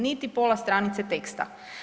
Niti pola stranice teksta.